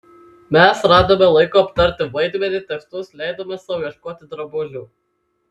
mes radome laiko aptarti vaidmenį tekstus leidome sau ieškoti drabužių